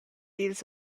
ils